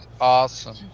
awesome